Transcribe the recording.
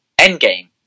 Endgame